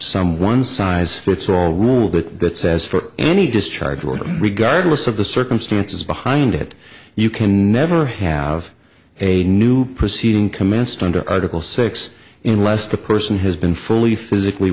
some one size fits all rule that that says for any discharge or regardless of the circumstances behind it you can never have a new proceeding commenced on to article six in less the person has been fully physically